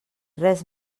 res